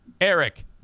Eric